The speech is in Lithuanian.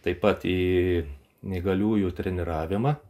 taip pat į neįgaliųjų treniravimą